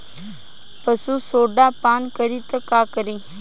पशु सोडा पान करी त का करी?